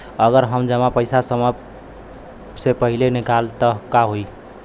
अगर हम जमा पैसा समय से पहिले निकालब त का होई?